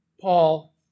Paul